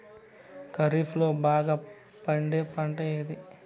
ఖరీఫ్ లో బాగా పండే పంట ఏది?